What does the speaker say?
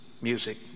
music